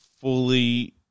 fully